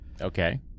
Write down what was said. Okay